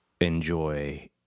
enjoy